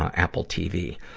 apple tv.